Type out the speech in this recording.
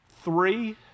three